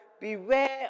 Beware